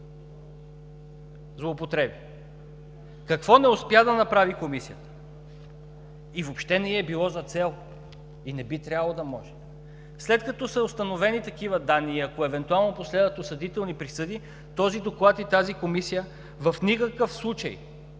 злоупотреби. Какво не успя да направи Комисията и въобще не ѝ е било за цел и не би трябвало да може? След като са установени такива данни и ако евентуално последват осъдителни присъди, този доклад и тази комисия в никакъв случай